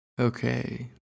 Okay